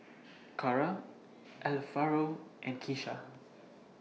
Cary Alvaro and Kisha